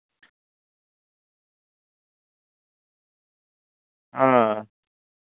ᱦᱮᱸ